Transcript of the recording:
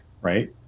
right